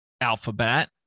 Alphabet